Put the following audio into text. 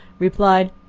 replied,